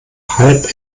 halb